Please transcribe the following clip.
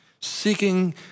seeking